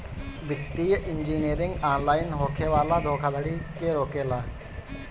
वित्तीय engineering online होखे वाला धोखाधड़ी के रोकेला